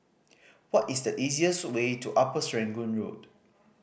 what is the easiest way to Upper Serangoon Road